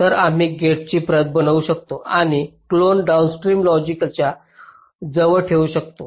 तर आम्ही गेटची प्रत बनवू शकतो आणि क्लोन डाउनस्ट्रीम लॉजिकच्या जवळ ठेवू शकतो